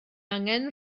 angen